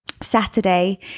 Saturday